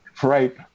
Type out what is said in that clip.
right